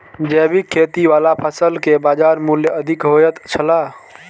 जैविक खेती वाला फसल के बाजार मूल्य अधिक होयत छला